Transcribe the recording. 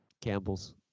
Campbell's